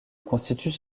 constituent